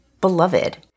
beloved